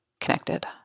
connected